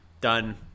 Done